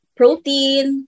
protein